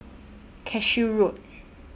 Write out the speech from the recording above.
Cashew Road